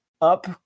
up